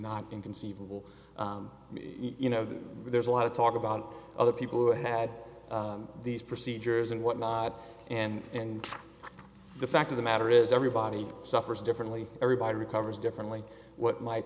not inconceivable you know there's a lot of talk about other people who had these procedures and what and and the fact of the matter is everybody suffers differently everybody recovers differently what might